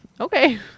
okay